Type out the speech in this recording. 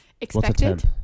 Expected